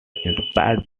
inspired